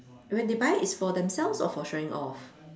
when they buy is for themselves or for showing off